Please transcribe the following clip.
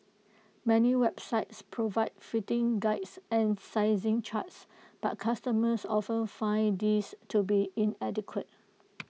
many websites provide fitting Guides and sizing charts but customers often find these to be inadequate